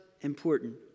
important